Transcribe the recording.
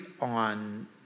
on